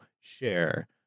share